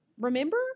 Remember